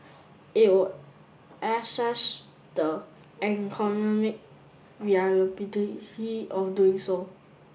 it will assess the of doing so